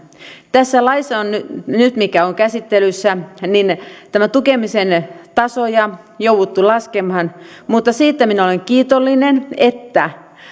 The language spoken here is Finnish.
tässä laissa joka on nyt nyt käsittelyssä on tukemisen tasoja jouduttu laskemaan mutta siitä minä olen kiitollinen että